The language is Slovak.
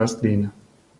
rastlín